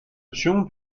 option